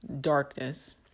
darkness